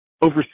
Over